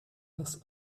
das